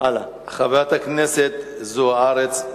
חברת הכנסת זוארץ,